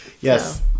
yes